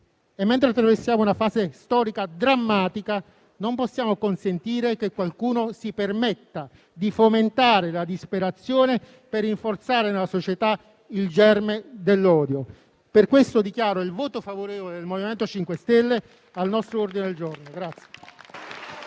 Mentre attraversiamo una fase storica drammatica, non possiamo consentire che qualcuno si permetta di fomentare la disperazione per rinforzare nella società il germe dell'odio. Per questo motivo, preannuncio il voto favorevole del MoVimento 5 Stelle all'ordine del giorno